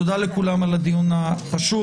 תודה לכולם על הדיון החשוב.